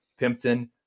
Pimpton